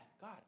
God